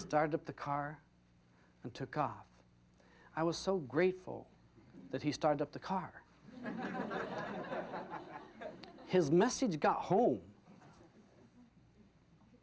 started up the car and took off i was so grateful that he started up the car his message got home